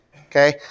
okay